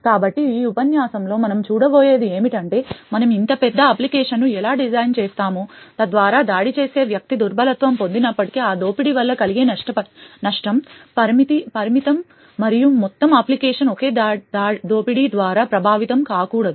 కాబట్టి ఈ ఉపన్యాసంలో మనం చూడబోయేది ఏమిటంటే మనము ఇంత పెద్ద అప్లికేషన్ను ఎలా డిజైన్ చేస్తాము తద్వారా దాడిచేసే వ్యక్తి దుర్బలత్వం పొందినప్పటికీ ఆ దోపిడీ వల్ల కలిగే నష్టం పరిమితం మరియు మొత్తం అప్లికేషను ఒకే దోపిడీ ద్వారా ప్రభావితం కాకూడదు